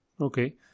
Okay